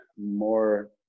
more